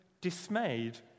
dismayed